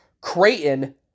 Creighton